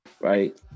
right